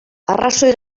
arrazoi